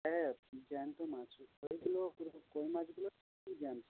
হ্যাঁ জ্যান্ত মাছ ওই কইগুলো কিন্তু কই মাছগুলো খুব জ্যান্ত